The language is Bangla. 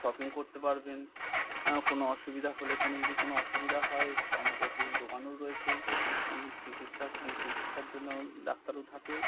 শপিং করতে পারবেন কোনো অসুবিধা হলে কোনো যদি কোনো অসুবিধা হয় তার মধ্যে ওষুধের দোকানও রয়েছে আপনি চিকিৎসা চিকিৎসার জন্য ডাক্তারও থাকে